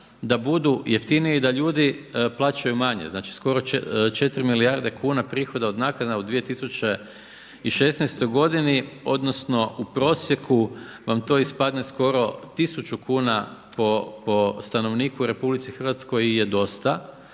da budu jeftiniji i da ljudi plaćaju manje, znači skoro 4 milijarde kuna prihoda od naknada u 2016. godini, odnosno u prosjeku vam to ispadne skoro 1000 kuna po stanovniku u RH je dosta.